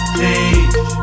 page